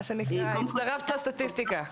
מה שנקרא, הצטרפת לסטטיסטיקה.